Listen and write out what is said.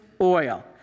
oil